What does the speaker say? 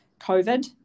COVID